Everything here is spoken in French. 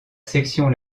section